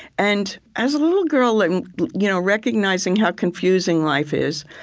and as a little girl and you know recognizing how confusing life is,